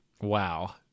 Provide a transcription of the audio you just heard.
Wow